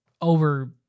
over